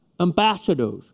ambassadors